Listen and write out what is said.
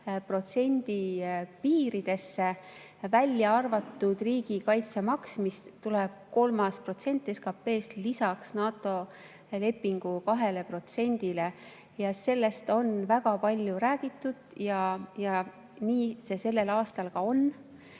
33–34% piiridesse, välja arvatud riigikaitsemaks, kus tuleb kolmas protsent SKP‑st lisaks NATO lepingu 2%‑le. Sellest on väga palju räägitud ja nii see sellel aastal ka on.